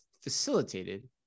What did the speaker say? facilitated